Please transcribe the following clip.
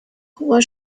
hoher